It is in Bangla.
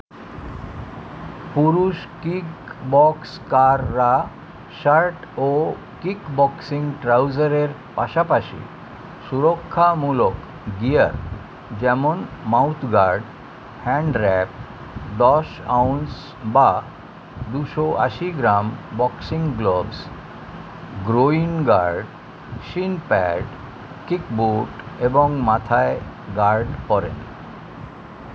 পুরুষ কিক বক্সাররা শার্ট ও কিক বক্সিং ট্রাউজারের পাশাপাশি সুরক্ষামূলক গিয়ার যেমন মাউথ গার্ড হ্যান্ড র্যাপ দশ আউন্স বা দুশো আশি gram boxing gloves groin guard shin pad kick boot এবং মাথায় গার্ড পরেন